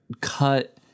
cut